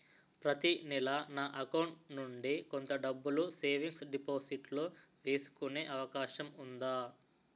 ప్రతి నెల నా అకౌంట్ నుండి కొంత డబ్బులు సేవింగ్స్ డెపోసిట్ లో వేసుకునే అవకాశం ఉందా?